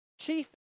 chief